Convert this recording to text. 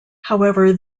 however